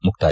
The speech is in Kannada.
ಮುಕ್ತಾಯ